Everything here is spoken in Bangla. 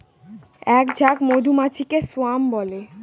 এক ঝাঁক মধুমাছিকে স্বোয়াম বলে